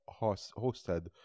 hosted